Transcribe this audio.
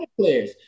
players